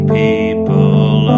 people